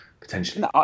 potentially